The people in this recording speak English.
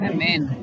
Amen